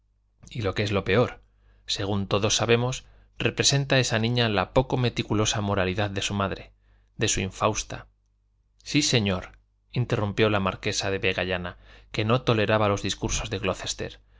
y lo que es lo peor según todos sabemos representa esa niña la poco meticulosa moralidad de su madre de su infausta sí señor interrumpió la marquesa de vegallana que no toleraba los discursos de